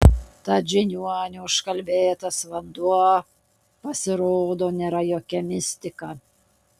tad žiniuonių užkalbėtas vanduo pasirodo nėra jokia mistika